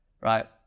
Right